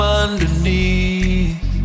underneath